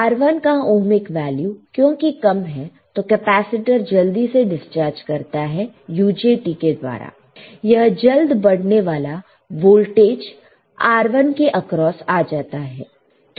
R1 का ohmic value क्योंकि कम है तो कैपेसिटर जल्दी से डिस्चार्ज करता है UJT के द्वारा यह जल्द बढ़ने वाला वोल्टेज R1 के आक्रोस आ जाता है